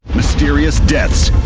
mysterious deaths,